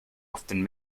often